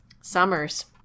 Summers